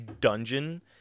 dungeon